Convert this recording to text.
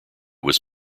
was